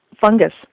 fungus